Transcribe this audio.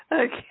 okay